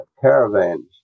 caravans